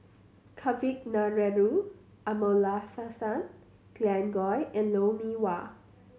Kavignareru Amallathasan Glen Goei and Lou Mee Wah